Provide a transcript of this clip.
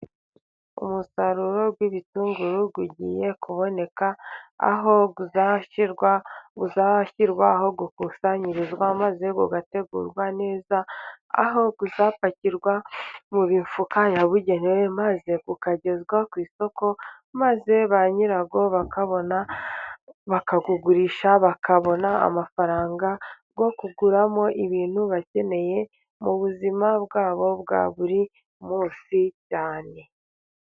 Umusaruro w'ibitunguru ugiye kuboneka, aho bizashyirwa aho bikusanyirizwa, maze bigategurwa neza aho bipakirwa mu mifuka yabugenewe maze bikagezwa ku isoko, maze ba nyirabyo bakabona ububigurisha ,bakabona amafaranga yo kuguramo ibintu bakeneye mu buzima bwabo bwa buri munsi cyane.